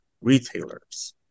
retailers